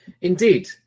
Indeed